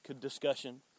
discussion